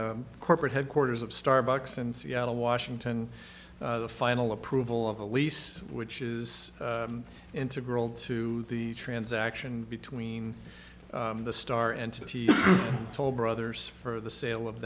corporate headquarters of starbucks in seattle washington the final approval of the lease which is integral to the transaction between the star and toll brothers for the sale of